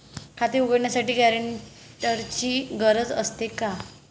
खाते उघडण्यासाठी गॅरेंटरची गरज असते का?